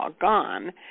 gone